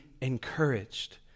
encouraged